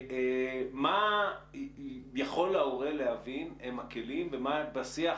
מה יכול ההורה להבין הם הכלים ומה בשיח